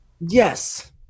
Yes